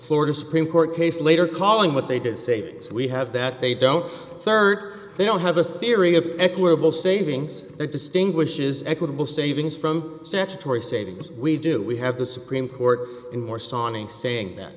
florida supreme court case later calling what they did say we have that they don't rd they don't have a theory of equitable savings that distinguishes equitable savings from statutory savings we do we have the supreme court in more sawney saying th